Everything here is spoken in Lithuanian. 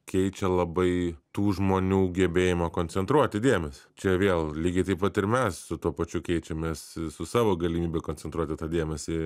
keičia labai tų žmonių gebėjimą koncentruoti dėmesį čia vėl lygiai taip pat ir mes su tuo pačiu keičiamės su savo galimybe koncentruoti tą dėmesį